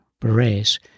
berets